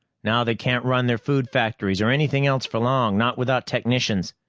now they can't run their food factories or anything else for long. not without technicians.